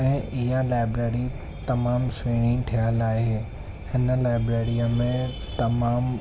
ऐं इहा लाइब्रेरी तमामु सुहिणी ठहियलु आहे हिन लाइब्रेरीअ में तमामु